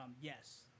Yes